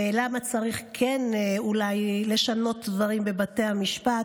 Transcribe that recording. ולמה צריך כן אולי לשנות דברים בבתי המשפט,